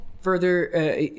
further